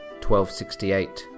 1268